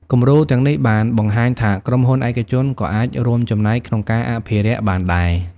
គំរូទាំងនេះបានបង្ហាញថាក្រុមហ៊ុនឯកជនក៏អាចរួមចំណែកក្នុងការអភិរក្សបានដែរ។